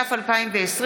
התש"ף 2020,